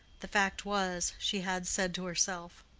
the fact was, she had said to herself,